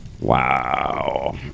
Wow